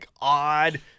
odd